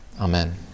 Amen